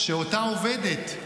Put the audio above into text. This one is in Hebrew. שאותה עובדת,